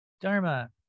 Dharma